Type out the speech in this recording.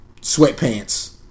sweatpants